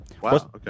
Wow